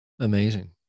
amazing